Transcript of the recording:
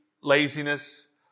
laziness